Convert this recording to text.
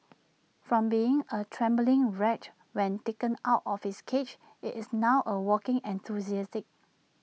from being A trembling wreck when taken out of its cage IT is now A walking enthusiast